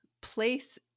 place